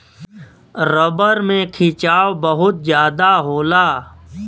rubber में खिंचाव बहुत जादा होला